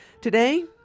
Today